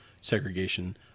segregation